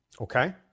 okay